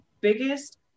biggest